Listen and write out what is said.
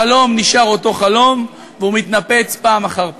החלום נשאר אותו חלום, והוא מתנפץ פעם אחר פעם.